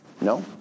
no